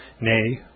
nay